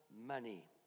money